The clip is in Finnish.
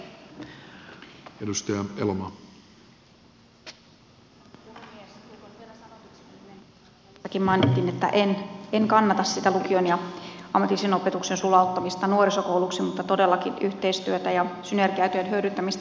tulkoon nyt vielä sanotuksi kun nimenikin täällä salissa mainittiin että en kannata lukion ja ammatillisen opetuksen sulauttamista nuorisokouluksi mutta todellakin yhteistyötä ja synergiaetujen hyödyntämistä kannatan